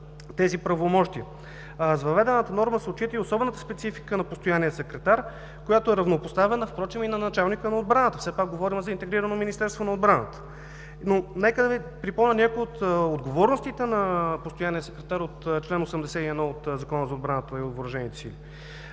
тези правомощия. С въведената норма се отчита и особената специфика на постоянния секретар, която е равнопоставена на началника на отбраната. Все пак говорим за интегрирано Министерство на отбраната. Нека да Ви припомня някои от отговорностите на постоянния секретар по чл. 81 от Закона за отбраната и въоръжените сили: